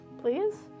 please